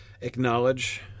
acknowledge